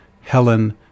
Helen